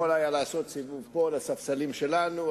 יכול היה לעשות סיבוב פה על הספסלים שלנו,